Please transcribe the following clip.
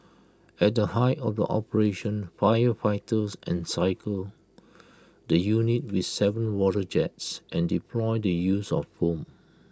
at the height of the operation firefighters encircled the units with Seven water jets and deployed the use of foam